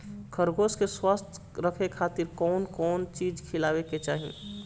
खरगोश के स्वस्थ रखे खातिर कउन कउन चिज खिआवे के चाही?